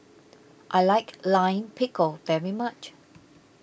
I like Lime Pickle very much